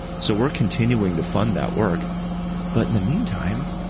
so we're continuing to fund that work but, in the meantime,